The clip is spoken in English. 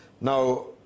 Now